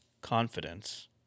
confidence